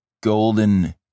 golden